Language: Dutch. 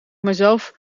mijzelf